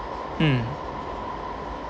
mm